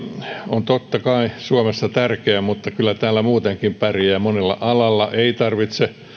on totta kai suomessa tärkeä mutta kyllä täällä muutenkin pärjää monella alalla ei tarvitse